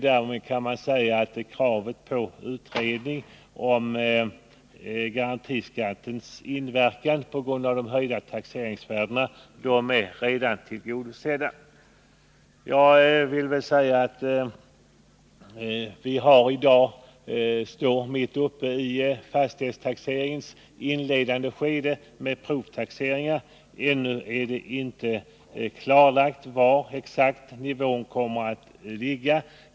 Därmed kan man säga att kravet på utredning om garantiskattens inverkan på grund av de höjda taxeringsvärdena redan är tillgodosett. Vi står i dag mitt uppe i fastighetstaxeringens inledande skede med provtaxeringar. Ännu är det inte klarlagt exakt var nivån kommer att ligga.